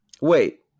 wait